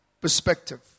perspective